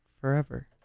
forever